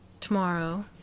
tomorrow